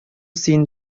син